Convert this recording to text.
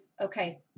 okay